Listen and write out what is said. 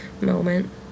moment